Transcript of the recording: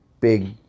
big